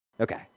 Okay